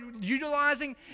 utilizing